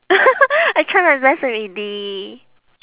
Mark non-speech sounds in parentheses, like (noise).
(laughs) I try my best already